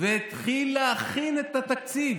והתחיל להכין את התקציב,